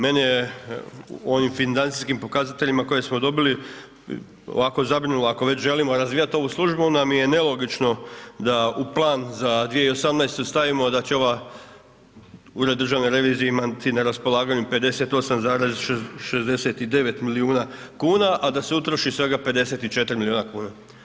Mene je u onim financijskim pokazateljima koje smo dobili, ovako zabrinula ako već želimo razvijati ovu službu, onda mi je nelogično da u plan za 2018. stavimo da će ovaj Ured Državne revizije imati na raspolaganju 58,69 milijuna kuna a da se utroši svega 54 milijuna kuna.